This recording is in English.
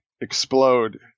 explode